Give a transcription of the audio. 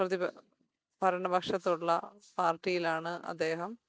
പ്രതിപ ഭരണപക്ഷത്തുള്ള പാർട്ടിയിലാണ് അദ്ദേഹം